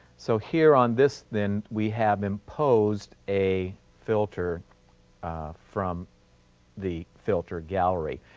so, here on this, then, we have imposed a filter from the filter gallery.